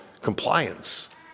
compliance